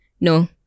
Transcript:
no